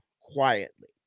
quietly